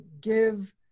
give